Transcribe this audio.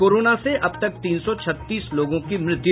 corona से अब तक तीन सौ छत्तीस लोगों की मृत्यु